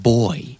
Boy